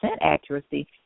accuracy